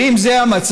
ואם זה המצב,